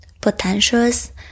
potentials